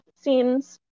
scenes